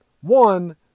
one